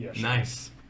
Nice